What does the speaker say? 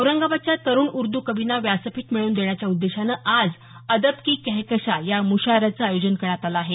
औरंगाबादच्या तरुण उर्द कवींना व्यासपीठ मिळवून देण्याच्या उद्देशानं आज अदब की कहकशां या मुशायऱ्याचं आयोजन करण्यात आलं आहे